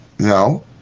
No